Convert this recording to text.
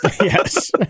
Yes